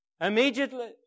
Immediately